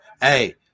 Hey